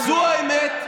זו האמת.